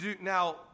Now